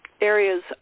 areas